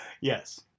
yes